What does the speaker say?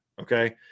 okay